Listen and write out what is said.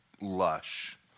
lush